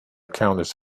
countess